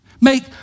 Make